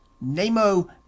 Nemo